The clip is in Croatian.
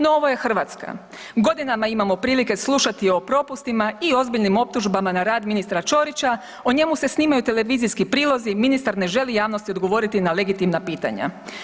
No ovo je Hrvatska, godinama imamo prilike slušati o propustima i ozbiljnim optužbama na rad ministra Ćorića o njemu se snimaju televizijski prilozi ministar ne želi javnosti odgovoriti na legitimna pitanja.